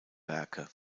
werke